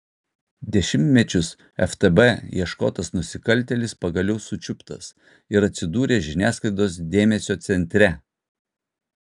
dešimtmečius ftb ieškotas nusikaltėlis pagaliau sučiuptas ir atsidūrė žiniasklaidos dėmesio centre